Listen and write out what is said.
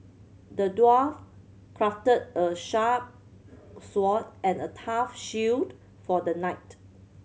the dwarf crafted a sharp sword and a tough shield for the knight